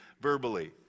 verbally